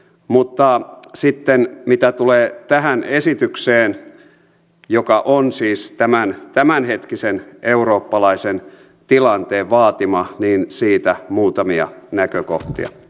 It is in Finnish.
mutta sitten mitä tulee tähän esitykseen joka on siis tämän tämänhetkisen eurooppalaisen tilanteen vaatima niin siitä muutamia näkökohtia